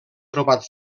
trobat